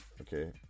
Okay